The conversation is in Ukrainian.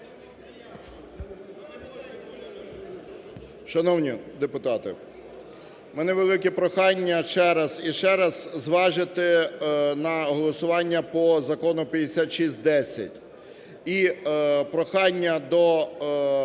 Шановні депутати! В мене велике прохання ще раз і ще раз зважити на голосування по Закону 5610. І прохання до